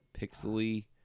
pixely